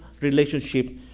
relationship